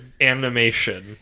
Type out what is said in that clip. animation